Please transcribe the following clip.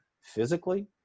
physically